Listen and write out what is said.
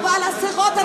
אבל עשרות אנשים בחוץ.